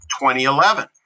2011